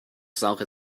saure